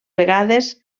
vegades